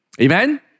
Amen